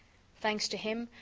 thanks to him,